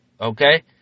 Okay